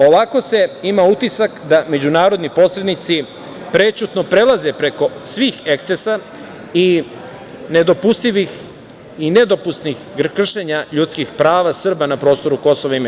Ovako se ima utisak da međunarodni posrednici prećutno prelaze preko svih ekscesa i nedopustivih kršenja ljudskih prava Srba na prostoru KiM.